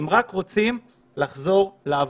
הם רק רוצים לחזור לעבוד.